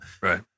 Right